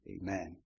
Amen